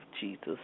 Jesus